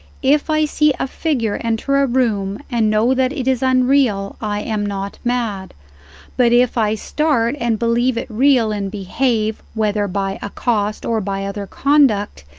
if i see a figure enter a room and know that it is unreal, i am not mad but if i start and believe it real and behave whether by accost or by other conduct,